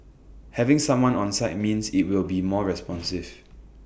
having someone on site means IT will be more responsive